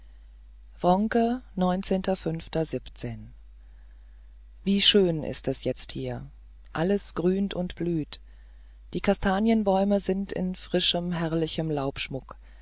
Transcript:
wronke wie schön ist es jetzt hier alles grünt und blüht die kastanienbäume sind in frischem herrlichen laubschmuck